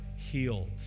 healed